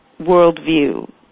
worldview